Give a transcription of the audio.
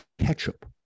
ketchup